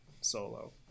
solo